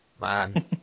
man